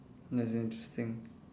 no it's interesting